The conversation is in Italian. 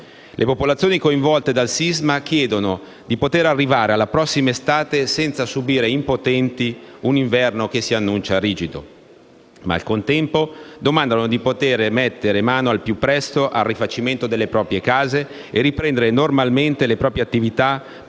Le popolazioni coinvolte dal sisma chiedono di poter arrivare alla prossima estate senza subire impotenti un inverno che si annuncia rigido, ma al contempo domandano di poter mettere mano al più presto al rifacimento delle proprie case e di riprendere normalmente le proprie attività